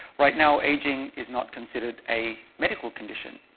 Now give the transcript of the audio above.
right now, aging is not considered a medical condition.